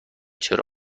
چرا